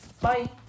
Bye